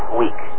week